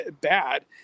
bad